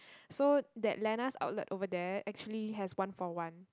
so that Lena's outlet over there actually has one for one